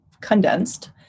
condensed